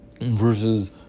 versus